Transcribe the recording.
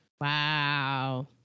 Wow